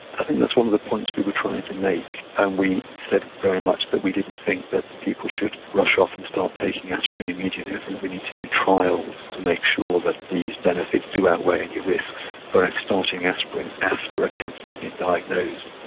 i think that's one of the points we were trying to make and we said very much that we didn't think that people should rush off and start taking aspirin immediately. i think we need to do trials to make sure that these benefits do outweigh any risks, but whereas starting aspirin after a cancer has been diagnosed.